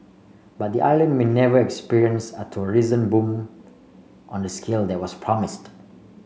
but the island may never experience a tourism boom on the scale that was promised